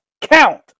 count